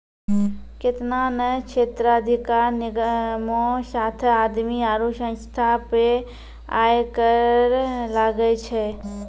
केतना ने क्षेत्राधिकार निगमो साथे आदमी आरु संस्था पे आय कर लागै छै